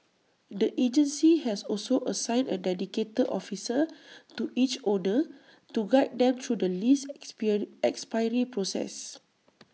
the agency has also assigned A dedicated officer to each owner to guide them through the lease expiry process